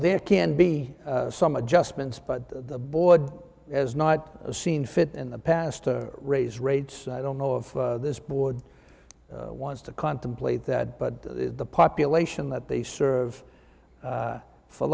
there can be some adjustments but the board as not seen fit in the past or raise rates i don't know of this board wants to contemplate that but the population that they serve